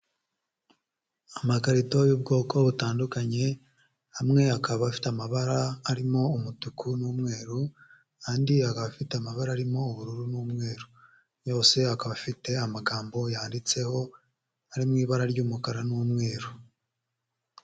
Amakarito y'ubwoko butandukanye amwe akaba afite amabara arimo umutuku n'umweru andi akaba afite amabara arimo ubururu n'umweru, yose akaba afite amagambo yanditseho ari mu ibara ry'umukara n'umweru.